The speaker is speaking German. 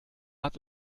hat